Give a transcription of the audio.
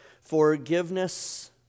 Forgiveness